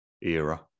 era